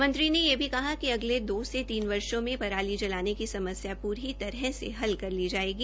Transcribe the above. मंत्री ने यह भी कहा कि अगले दो से तीव वर्षो में पराली जलाने की समस्या पूरी तरह से हल कर ली जायेगी